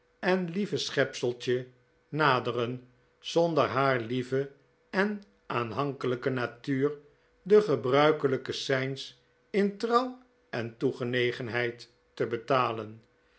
en lieve schepseltje naderen zonder haar lieve en aanhankelijke natuur den gebruikelijken cijns in trouw en toegenegenheid te betalen